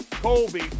Colby